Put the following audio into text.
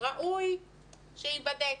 ראוי שייבדק.